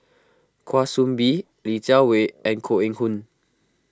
Kwa Soon Bee Li Jiawei and Koh Eng Hoon